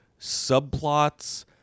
subplots